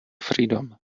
freedom